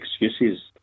excuses